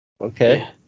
okay